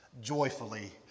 joyfully